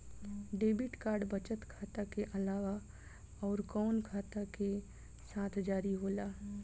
Debit card बचत खाता के अलावा अउरकवन खाता के साथ जारी होला?